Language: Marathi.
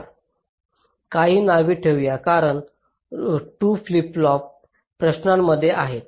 चला काही नावे ठेवू कारण या 2 फ्लिप फ्लॉप प्रश्नांमध्ये आहेत